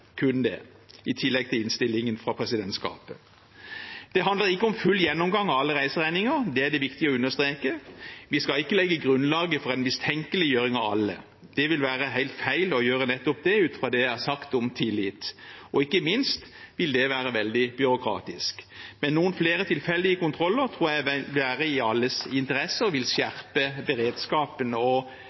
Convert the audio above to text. i tillegg til innstillingen fra presidentskapet. Det handler ikke om full gjennomgang av alle reiseregninger, det er det viktig å understreke. Vi skal ikke legge grunnlag for en mistenkeliggjøring av alle. Det vil være helt feil å gjøre det, nettopp ut fra det jeg har sagt om tillit. Ikke minst vil det være veldig byråkratisk. Men noen flere tilfeldige kontroller tror jeg vil være i alles interesse og skjerpe beredskapen og